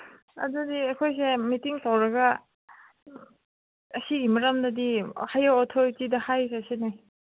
ꯑꯗꯨꯗꯤ ꯑꯩꯈꯣꯏꯁꯦ ꯃꯤꯇꯤꯡ ꯇꯧꯔꯒ ꯑꯁꯤꯒꯤ ꯃꯔꯝꯗꯗꯤ ꯍꯥꯏꯌꯔ ꯑꯣꯊꯣꯔꯤꯇꯤꯗ ꯍꯥꯏꯔꯁꯤꯅꯦ